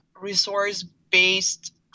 Resource-based